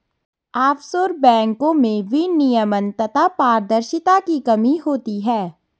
offshore बैंको में विनियमन तथा पारदर्शिता की कमी होती है